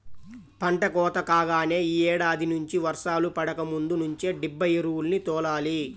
పంట కోత కాగానే యీ ఏడాది నుంచి వర్షాలు పడకముందు నుంచే దిబ్బ ఎరువుల్ని తోలాలి